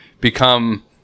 become